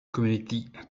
community